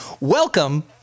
welcome